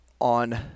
On